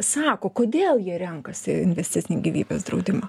sako kodėl jie renkasi investicinį gyvybės draudimą